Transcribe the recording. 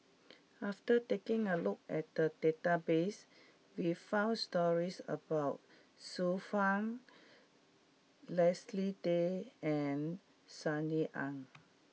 after taking a look at the database we found stories about Xiu Fang Leslie Tay and Sunny Ang